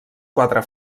quatre